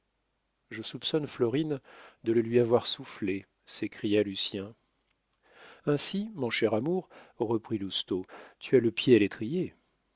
je soupçonne florine de le lui avoir soufflé s'écria lucien ainsi mon cher amour reprit lousteau tu as le pied à l'étrier